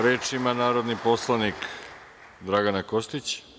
Reč ima narodni poslanik Dragana Kostić.